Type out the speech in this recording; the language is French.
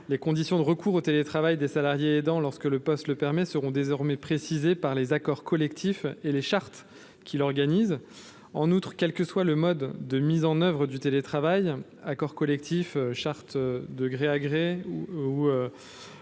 Les conditions de recours au télétravail des salariés aidants, lorsque le poste le permet, seront désormais précisées par les accords collectifs et les chartes qui l’organisent. En outre, quel que soit le mode de mise en œuvre du télétravail – accord collectif ou charte de gré à gré –,